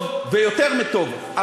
טוב ויותר מטוב.